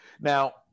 Now